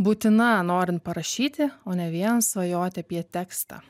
būtina norint parašyti o ne vien svajoti apie tekstą